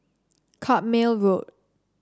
Carpmael Road